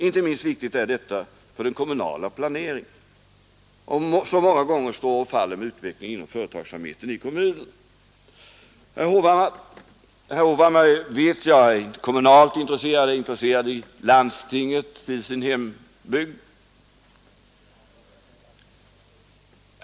Inte minst viktigt är detta för den kommunala planeringen som också många gånger står och faller med utvecklingen inom företagsamheten i kommunen. Jag vet att herr Hovhammar är kommunalt engagerad och intresserad i landstinget, i sin hembygd.